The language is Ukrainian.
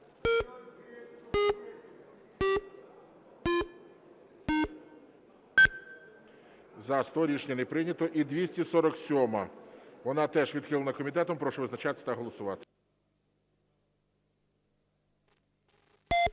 За-100 Рішення не прийнято. І 247-а, вона теж відхилена комітетом. Прошу визначатись та голосувати.